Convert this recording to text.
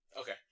Okay